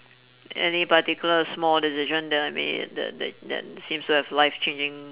any particular small decision that I made that that that seems to have life changing